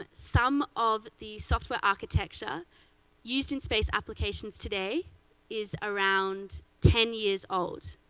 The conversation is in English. but some of the software architecture used in space applications today is around ten years old.